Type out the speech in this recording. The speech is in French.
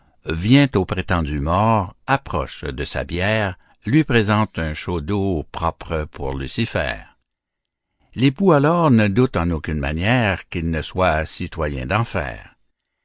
vient au prétendu mort approche de sa bière lui présente un chaudeau propre pour lucifer l'époux alors ne doute en aucune manière qu'il ne soit citoyen d'enfer